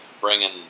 bringing